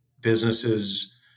Businesses